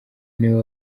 niwe